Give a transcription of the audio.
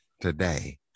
Today